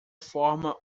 forma